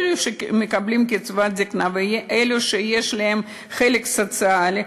אלו שמקבלים קצבת זיקנה ואלו שיש להם חלק סוציאלי,